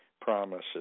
promises